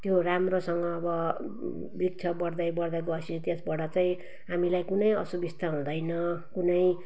त्यो राम्रोसँग अब वृक्ष बढ्दै बढ्दै गएपछि त्यसबाट चाहिँ हामीलाई कुनै असुविस्ता हुँदैन कुनै